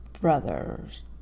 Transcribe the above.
brothers